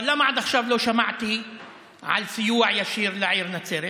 אבל למה עד עכשיו לא שמעתי על סיוע ישיר לעיר נצרת?